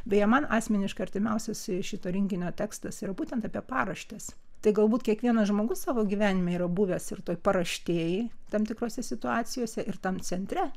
beje man asmeniškai artimiausias šito rinkinio tekstas yra būtent apie paraštės tai galbūt kiekvienas žmogus savo gyvenime yra buvęs ir toj paraštėj tam tikrose situacijose ir tam centre